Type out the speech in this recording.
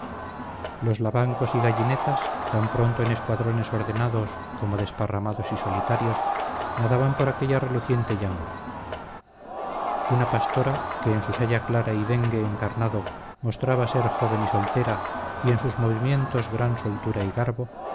los lavancos y gallinetas tan pronto en escuadrones ordenados como desparramados y solitarios nadaban por aquella reluciente llanura una pastora que en su saya clara y dengue encarnado mostraba ser joven y soltera y en sus movimientos gran soltura y garbo